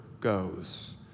goes